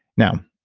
now,